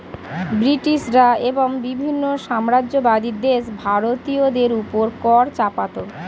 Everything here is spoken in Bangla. ব্রিটিশরা এবং বিভিন্ন সাম্রাজ্যবাদী দেশ ভারতীয়দের উপর কর চাপাতো